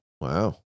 Wow